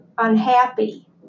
Unhappy